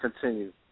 continue